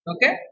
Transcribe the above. Okay